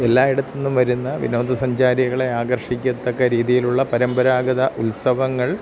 എല്ലായിടത്തുനിന്നും വരുന്ന വിനോദസഞ്ചാരികളെ ആകർഷിക്കത്തക്ക രീതിയിലുള്ള പരമ്പരാഗത ഉത്സവങ്ങൾ